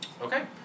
Okay